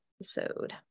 episode